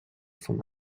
von